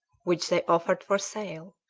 which they offered for sale.